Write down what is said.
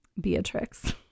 beatrix